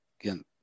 again